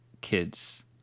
kids